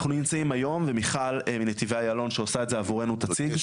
אנחנו נמצאים היום ומיכל מנתיבי איילון שעושה את זה עבורנו תציג,